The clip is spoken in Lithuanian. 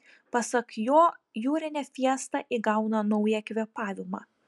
pasak jo jūrinė fiesta įgauna naują kvėpavimą